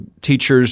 teachers